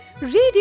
radio